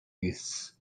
his